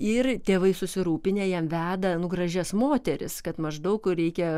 ir tėvai susirūpinę jam veda nu gražias moteris kad maždaug reikia